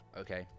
Okay